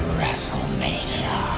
WrestleMania